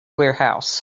warehouse